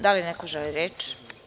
Da li neko želi reč?